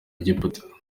egiputa